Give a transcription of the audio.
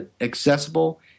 accessible